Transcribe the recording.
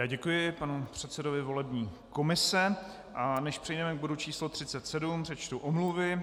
Děkuji panu předsedovi volební komise, a než přejdeme k bodu číslo 37, přečtu omluvy.